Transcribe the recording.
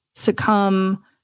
succumb